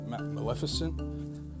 Maleficent